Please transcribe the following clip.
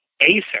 Acer